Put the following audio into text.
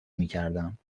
میکردند